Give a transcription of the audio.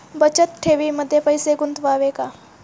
बचत ठेवीमध्ये पैसे गुंतवावे का?